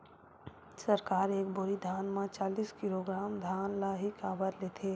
सरकार एक बोरी धान म चालीस किलोग्राम धान ल ही काबर लेथे?